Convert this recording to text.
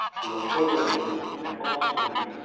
who was older than he, and, consequently,